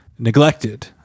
neglected